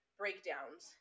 breakdowns